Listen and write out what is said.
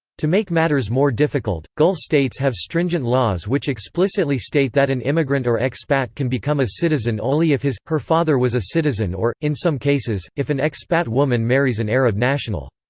to make matters more difficult, gulf states have stringent laws which explicitly state that an immigrant or expat can become a citizen only if his her father was a citizen or, in some cases, if an expat woman marries an arab national.